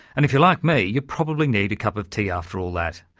and if you're like me, you probably need a cup of tea after all that.